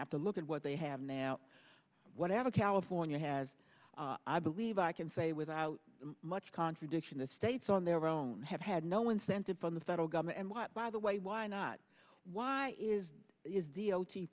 have to look at what they have now whatever california has i believe i can say without much contradiction the states on their own have had no incentive from the federal government and by the way why not why is is the o